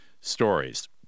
stories